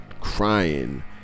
crying